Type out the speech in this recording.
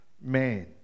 man